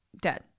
Dead